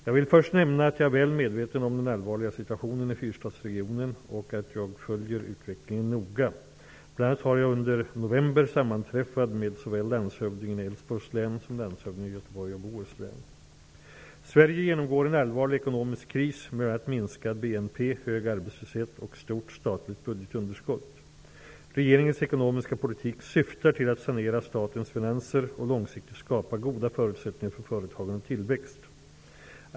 Jag vill först nämna att jag är väl medveten om den allvarliga situationen i Fyrstadsregionen och att jag följer utvecklingen noga. Bl.a. har jag under november sammanträffat med såväl landshövdingen i Älvsborgs län som landshövdingen i Göteborgs och Bohus län. Sverige genomgår en allvarlig ekonomisk kris med bl.a. minskad BNP, hög arbetslöshet och stort statligt budgetunderskott. Regeringens ekonomiska politik syftar till att sanera statens finanser och långsiktigt skapa goda förutsättningar för företagande och tillväxt.